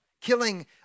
Killing